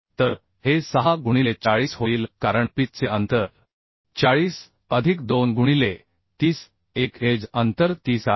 तर हे 6 गुणिले 40 होईल कारण पिच चे अंतर 40 अधिक 2 गुणिले 30 एक एज अंतर 30 आहे